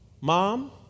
Mom